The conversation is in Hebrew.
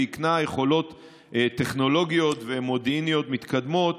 הוא הקנה יכולות טכנולוגיות ומודיעיניות מתקדמות